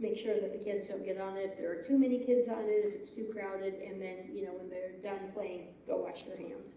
make sure that the kids don't so get on if there are too many kids on it if it's too crowded and then you know when they're done playing go wash their hands